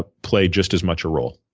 ah play just as much a role?